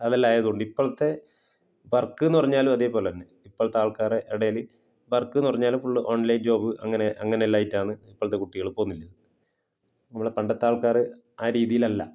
അതെല്ലാമായതുകൊണ്ട് ഇപ്പോഴത്തെ വർക്ക് എന്നു പറഞ്ഞാല് അതുപോലെ തന്നെ ഇപ്പോഴത്തെ ആൾക്കാരുടെ ഇടയില് വർക്ക് എന്നു പറഞ്ഞാല് ഫുൾ ഓൺലൈൻ ജോബ് അങ്ങനെ അങ്ങനെ എല്ലാം ആയിട്ടാണ് ഇപ്പോഴത്തെ കുട്ടികള് നമ്മള് പണ്ടത്തെ ആൾക്കാര് ആ രീതിയിലല്ല